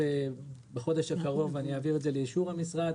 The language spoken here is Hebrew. בחודש הקרוב אעביר את זה לאישור המשרד,